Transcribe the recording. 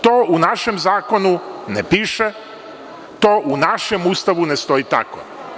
To u našem zakonu ne piše, to u našem Ustavu ne stoji tako.